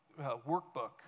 workbook